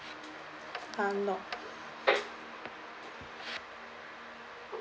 uh not